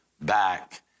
back